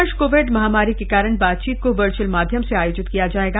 इस वर्ष कोविड महामारी के कारण बातचीत को वर्चअल माध्यम से आयोजित किया जाएगा